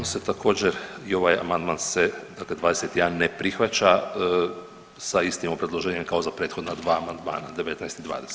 On se također i ovaj amandman se dakle 21. ne prihvaća sa istim obrazloženjem kao za prethodna dva amandmana 19. i 20.